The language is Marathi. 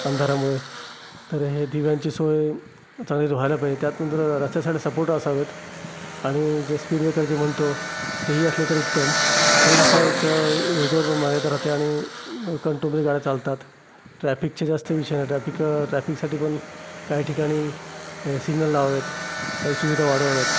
अंधारामुळे तर हे दिव्यांची सोय चांगली व्हायला पाहिजे त्यातून रस्त्यासाठी सपोर्ट असावेत आणि जे स्पीड ब्रेकर जे म्हणतो ते ही असले तर उत्तम म्हणजे कसं एक वेगावर मर्यादा राहते आणि कंट्रोलमध्ये गाड्या चालतात ट्रॅफिकचे जास्त विषय ट्रॅफिक ट्रॅफिकसाठी पण काही ठिकाणी सिग्नल लावावेत काही सुविधा वाढवाव्यात